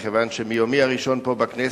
מכיוון שמיומי הראשון פה בכנסת,